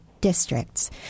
districts